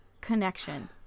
connection